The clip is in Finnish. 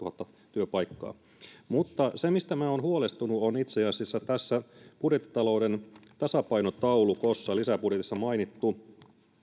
kaksisataaneljäkymmentätuhatta työpaikkaa mutta se mistä olen huolestunut on itse asiassa tässä budjettitalouden tasapainotaulukossa lisäbudjetissa mainittu